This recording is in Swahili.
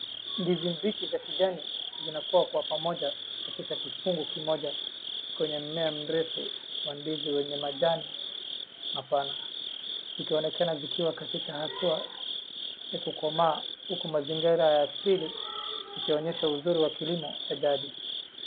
Ndizi mbichi za kijani zinakua kwa pamoja katika kifungu kimoja kwenye mmea mrefu wa ndizi wenye majani mapana zikionekana zikiwa katika hatua ya kukomaa huku mazingira ya asili ikionyesha uzuri wa kilimo cha jadi.